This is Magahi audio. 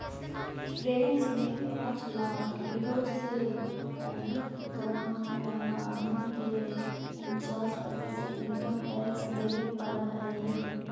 फ्रेंच में पाँच लाख यूरो से अधिक कमाय वाला आदमी के उन्चास प्रतिशत इनकम टैक्स देवे पड़ऽ हई